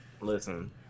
Listen